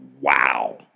wow